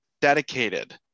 dedicated